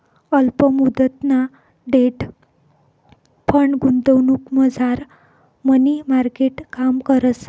अल्प मुदतना debt fund गुंतवणुकमझार मनी मार्केट काम करस